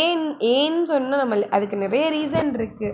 ஏன் ஏன் சொன்னால் நம்ம அதுக்கு நிறைய ரீசனிருக்கு